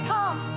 Come